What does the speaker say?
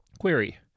Query